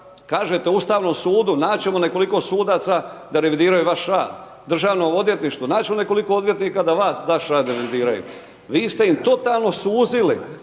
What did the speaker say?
kažete Ustavnom sudu naći ćemo nekoliko sudaca da revidiraju vaš rad, Državno odvjetništvo, naći ćemo nekoliko odvjetnika da vaš rad revidiraju. Vi ste im totalno suzili,